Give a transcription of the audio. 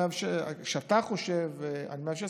כשאתה חושב על 116,